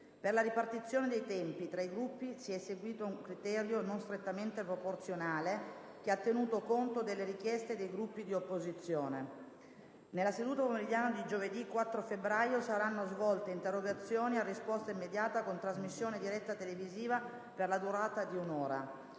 Per la ripartizione dei tempi tra i Gruppi si è seguito un criterio non strettamente proporzionale che ha tenuto conto delle richieste dei Gruppi di opposizione. Nella seduta pomeridiana di giovedì 4 febbraio saranno svolte interrogazioni a risposta immediata con trasmissione diretta televisiva per la durata di un'ora.